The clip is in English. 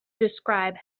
describe